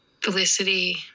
Felicity